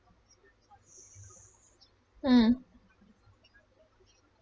mm